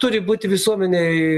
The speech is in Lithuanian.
turi būti visuomenėj